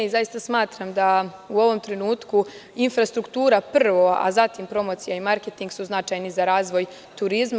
Zaista smatram da u ovom trenutku infrastruktura prvo, a zatim promocija i marketing su značajni za razvoj turizma.